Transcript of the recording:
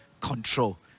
control